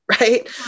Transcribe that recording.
right